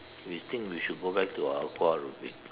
we think we should go back to our aqua aerobic